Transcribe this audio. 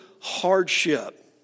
hardship